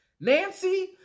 Nancy